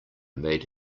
made